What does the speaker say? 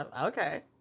Okay